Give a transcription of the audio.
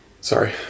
Sorry